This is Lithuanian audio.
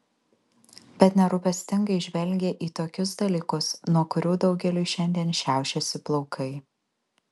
bet nerūpestingai žvelgė į tokius dalykus nuo kurių daugeliui šiandien šiaušiasi plaukai